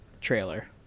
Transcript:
trailer